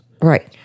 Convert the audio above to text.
right